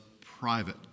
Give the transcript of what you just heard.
private